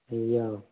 అయ్యో